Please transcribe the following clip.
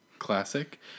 classic